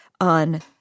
on